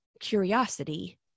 curiosity